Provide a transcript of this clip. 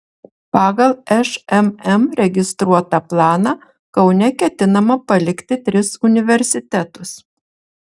pagal šmm registruotą planą kaune ketinama palikti tris universitetus